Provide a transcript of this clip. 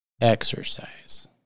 exercise